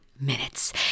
Minutes